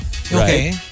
okay